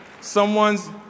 someone's